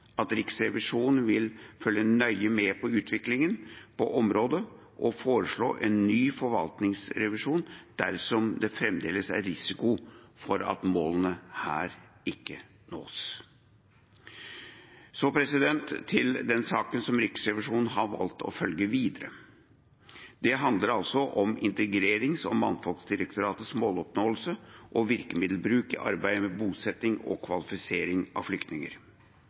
at Riksrevisjonen vil følge nøye med på utviklinga på området og foreslå en ny forvaltningsrevisjon dersom det fremdeles er risiko for at målene her ikke nås. Så til den saken som Riksrevisjonen har valgt å følge videre. Det handler om Integrerings- og mangfoldsdirektoratets måloppnåelse og virkemiddelbruk i arbeidet med bosetting og kvalifisering av flyktninger.